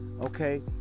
okay